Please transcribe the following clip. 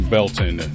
Belton